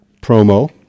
promo